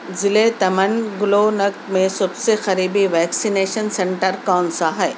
ضلعے تمنگلونگ میں سب سے قریبی ویکسینیشن سینٹر کون سا ہے